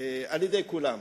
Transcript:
על-ידי כולם.